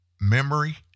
memory